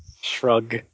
Shrug